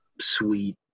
sweet